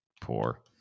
poor